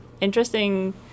interesting